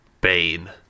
Bane